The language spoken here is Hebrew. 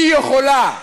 היא יכולה,